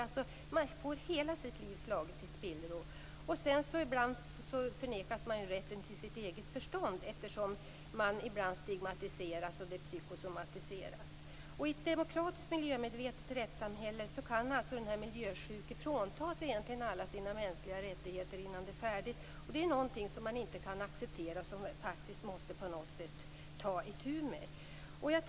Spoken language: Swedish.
Man får hela sitt liv slaget i spillror. Sedan kan man också förnekas rätten till sitt eget förstånd, eftersom man ibland stigmatiseras och psykosomatiseras. I ett demokratiskt, miljömedvetet rättssamhälle kan alltså den miljösjuke egentligen fråntas alla sina mänskliga rättigheter. Detta är någonting som inte kan accepteras och som man måste ta itu med.